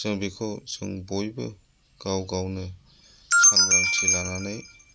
जों बेखौ जों बयबो गाव गावनो सांग्रांथि लानानै